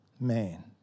Man